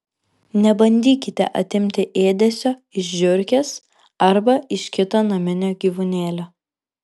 nebandykite atimti ėdesio iš žiurkės arba iš kito naminio gyvūnėlio